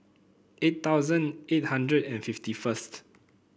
eight thousand eight hundred and fifty first